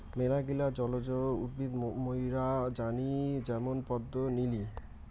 মেলাগিলা জলজ উদ্ভিদ মুইরা জানি যেমন পদ্ম, নিলি